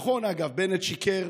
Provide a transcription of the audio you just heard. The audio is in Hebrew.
נכון, אגב, בנט שיקר,